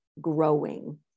growing